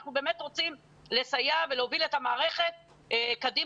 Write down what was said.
אנחנו באמת רוצים לסייע ולהוביל את המערכת קדימה